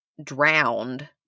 drowned